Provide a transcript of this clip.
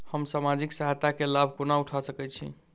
हम सामाजिक सहायता केँ लाभ कोना उठा सकै छी?